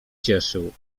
cieszył